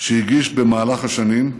שהגיש במהלך השנים,